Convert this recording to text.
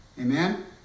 Amen